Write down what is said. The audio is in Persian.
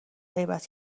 غیبت